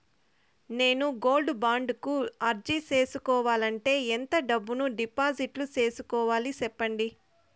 నేను gold bond కు అర్జీ సేసుకోవాలంటే ఎంత డబ్బును డిపాజిట్లు సేసుకోవాలి సెప్పండి